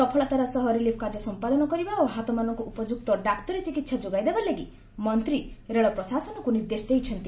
ସଫଳତାର ସହ ରିଲିଫ କାର୍ଯ୍ୟ ସମ୍ପାଦନ କରିବା ଓ ଆହତମାନଙ୍କୁ ଉପଯୁକ୍ତ ଡାକ୍ତରୀ ଚିକିହା ଯୋଗାଇ ଦେବା ଲାଗି ମନ୍ତ୍ରୀ ରେଳପ୍ରଶାସନକୁ ନିର୍ଦ୍ଦେଶ ଦେଇଛନ୍ତି